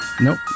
Nope